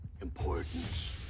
important